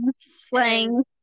slang